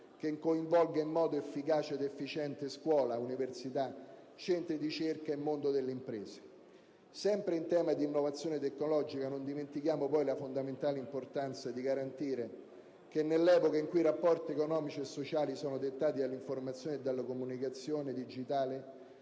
che coinvolga in modo efficace ed efficiente scuola, università centri di ricerca e mondo delle imprese. Sempre in tema di innovazione tecnologica non dimentichiamo poi la fondamentale importanza di garantire, nell'epoca in cui i rapporti economici e sociali sono dettati dall'informazione e dalla comunicazione digitale,